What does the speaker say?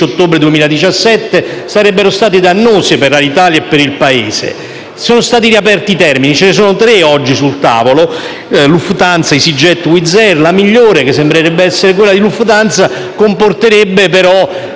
ottobre 2017, sarebbero state dannose per Alitalia e per il Paese. Sono stati riaperti i termini, ce ne sono tre oggi sul tavolo: Lufthansa, easyJet e Wizz Air. La migliore, che sembrerebbe essere quella di Lufthansa, comporterebbe però